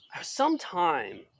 sometime